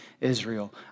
Israel